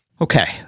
Okay